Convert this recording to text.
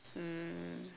mm